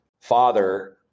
father